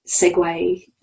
segue